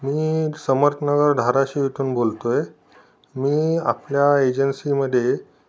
मी समर्थनगर धाराशीव इथून बोलतो आहे मी आपल्या एजन्सीमध्ये